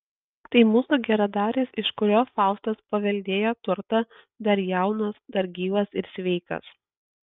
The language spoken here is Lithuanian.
tai mūsų geradaris iš kurio faustas paveldėjo turtą dar jaunas dar gyvas ir sveikas